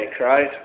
right